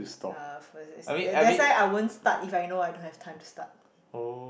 uh first that's that's why I wont start if I know I don't have time to start